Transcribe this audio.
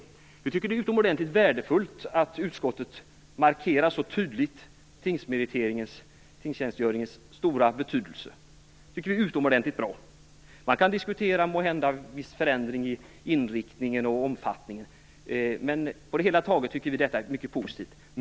Vi tycker att det är utomordentligt värdefullt att utskottet markerar tingstjänstgöringens stora betydelse så tydligt. Det tycker vi är utomordentligt bra. Man kan måhända diskutera vissa förändringar i inriktning och omfattning, men på det hela taget tycker vi att detta är mycket positivt.